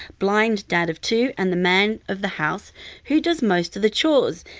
blind dad of two and the man of the house who does most of the chores.